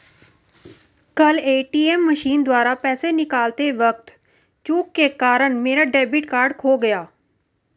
कल ATM machine द्वारा पैसे निकालते वक़्त चूक के कारण मेरा डेबिट कार्ड खो गया